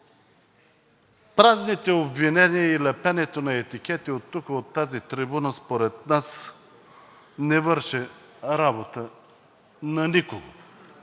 Празните обвинения и лепенето на етикети тук от тази трибуна според нас не върши работа на никого.